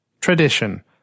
Tradition